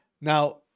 Now